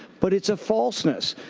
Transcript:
but it's a falseness,